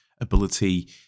ability